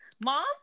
mom